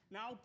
Now